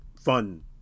fun